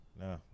No